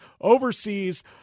overseas